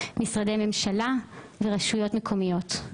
משרדי ממשלה ורשויות מקומיות.